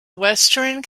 western